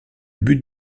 but